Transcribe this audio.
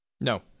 No